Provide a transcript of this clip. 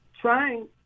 trying